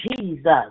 Jesus